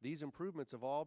these improvements have all